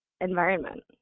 environment